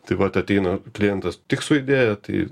tai vat ateina klientas tik su idėja tai